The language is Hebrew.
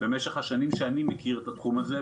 במשך השנים שאני מכיר בתחום הזה,